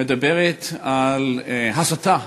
מדברת על הסתה